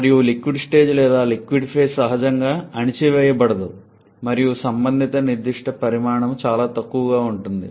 మరియు liquid stage లేదా liquid phase సహజంగా అణచివేయబడదు మరియు సంబంధిత నిర్దిష్ట పరిమాణము చాలా తక్కువగా ఉంటుంది